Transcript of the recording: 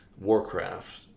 Warcraft